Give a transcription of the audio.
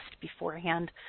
beforehand